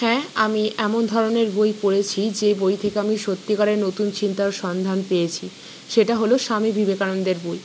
হ্যাঁ আমি এমন ধরনের বই পড়েছি যে বই থেকে আমি সত্যিকারের নতুন চিন্তার সন্ধান পেয়েছি সেটা হলো স্বামী বিবেকানন্দের বই